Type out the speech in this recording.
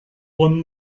won